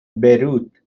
beirut